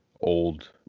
old